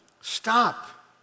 Stop